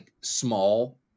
small